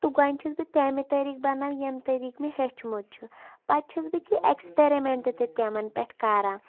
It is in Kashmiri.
تہٕ گۄڈنٮ۪تھ چھس بہٕ تَمہِ طریٖق بَناوان ییٚمہِ طریٖق مےٚ ہیٚوچھمُت چھُ پَتہٕ چھس بہٕ کینٛہہ ایکٕسپیرِمینٛٹ تہِ تِمَن پٮ۪ٹھ کَران